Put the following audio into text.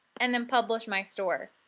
and then publish my store.